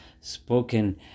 spoken